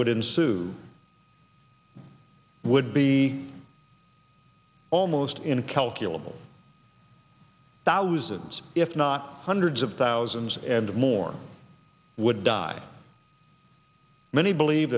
would ensue would be almost incalculable thousands if not hundreds of thousands and more would die many believe